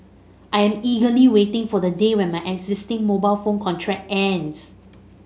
I am eagerly waiting for the day when my existing mobile phone contract ends